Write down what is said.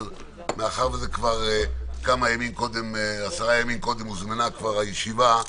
אבל מאחר שעשרה ימים קודם הוזמנה הישיבה,